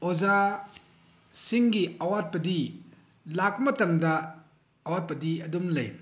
ꯑꯣꯖꯥꯁꯤꯡꯒꯤ ꯑꯋꯥꯠꯄꯗꯤ ꯂꯥꯛꯄ ꯃꯇꯝꯗ ꯑꯋꯥꯠꯄꯗꯤ ꯑꯗꯨꯝ ꯂꯩ